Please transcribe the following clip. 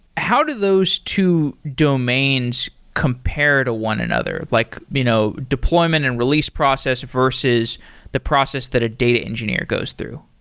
how do those two domains compare to one another? like you know deployment and release process, versus the process that a data engineer goes through?